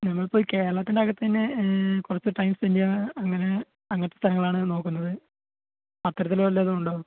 ഞങ്ങൾ ഇപ്പോൾ ഈ കേരളത്തിൻ്റെ അകത്തു തന്നെ കുറച്ച് ടൈം സ്പെൻ്റ് ചെയ്യാൻ അങ്ങനെ അങ്ങനത്തെ സ്ഥലങ്ങളാണ് നോക്കുന്നത് അത്തരത്തിൽ വല്ലതും ഉണ്ടോ